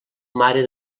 mare